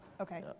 Okay